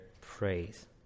praise